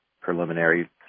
preliminary